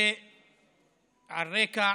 ועל רקע